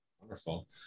Wonderful